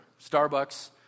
Starbucks